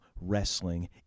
wrestling